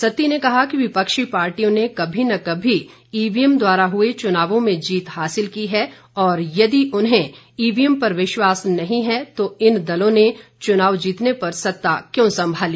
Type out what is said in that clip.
सत्ती ने कहा कि विपक्षी पार्टियों ने कभी न कभी ईवीएम द्वारा हुए चुनावों में जीत हासिल की है और यदि उन्हें ईवीएम पर विश्वास नहीं है तो इन दलों ने चुनाव जीतने पर सत्ता क्यों सम्भाली